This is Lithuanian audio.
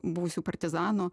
buvusių partizanų